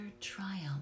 triumph